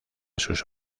sus